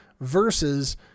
versus